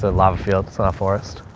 lava fields on a forest.